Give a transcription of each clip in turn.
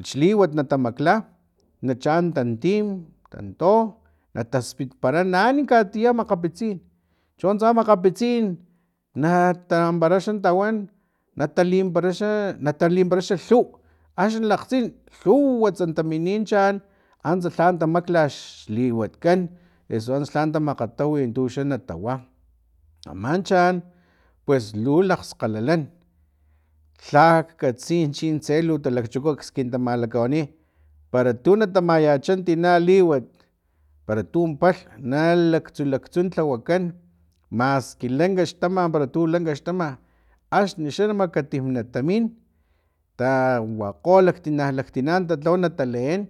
Xliwat natamakla nachaan tantim tanto nataspitpara naan katiya makgapitsin chon tsama makgapitsin nata ampara xa tawan nata limimpara xa natalimimpara xa lhuw axni na lakgtsin lhuwatsa tamini chaan antsa lha tamakla xliwat kan o eso antsa lha tamakgatawi tuxa natawa aman chaan pues li lakgskgalalan lhak katsi chin tse lu talakchuku kaks kin malakawani para tu na tamayacha tina liwat para tun palhm na laktsu laktsu tlawakan maski lanka xtama tu lanka xtama axnixa makatim natamin tawakgo laktina laktina talhawa nataleen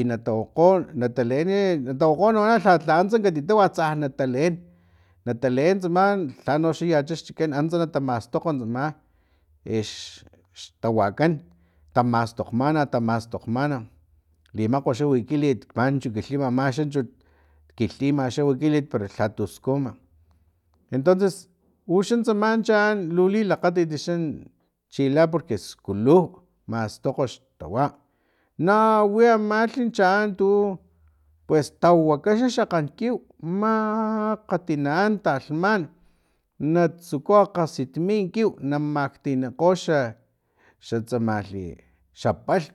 i nata wokgo na taleen na tawokgo na wana lha antsa kati tawa tsa na taleen na taeen tsama lhano xa yacha xchikan antsa nata mastokg tsama ex tawakan tamastokgmana tamastokgmana limakgwa xa wikilit manchu kilhima amaxa chut kilhima xa wikilit para lhatu skujma entonces uxan tsama chaan lu lilakgatit xan chila porque skulij mastokga xtawa nawi amalhit chaan tu pues tawaka xakgankiw makgati na an talhman natsuku lakgsitmi kiw na maktinankgo xa xatsamalhi xa palhm